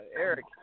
Eric